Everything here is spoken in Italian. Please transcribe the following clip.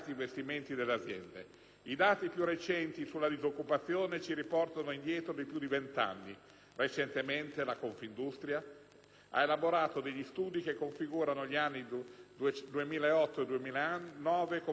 I dati più recenti sulla disoccupazione ci riportano indietro di più di vent'anni. Recentemente la Confindustria ha elaborato degli studi che configurano gli anni 2008 e 2009 come due anni di recessione,